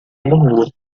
uma